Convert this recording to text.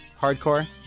hardcore